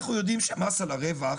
אנחנו יודעים שהמס על הרווח,